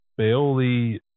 baoli